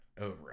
over